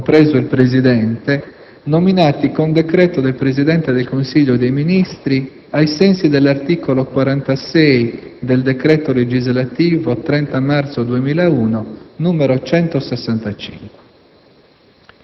compreso il presidente, nominati con decreto del Presidente del Consiglio dei ministri, ai sensi dell'articolo 46 del decreto legislativo 30 marzo 2001, n. 165.